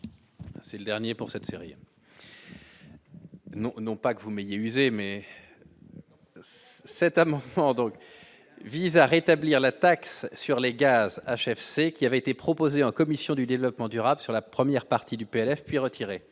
C'est le dernier pour cette série. Non, non pas que vous médias usé mais cette amende, or dans le vise à rétablir la taxe sur les gaz HFC qui avait été proposé en commission du développement durable, sur la première partie du PLF puis retiré